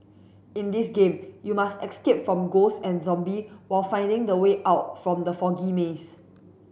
in this game you must escape from ghost and zombie while finding the way out from the foggy maze